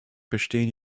bestehen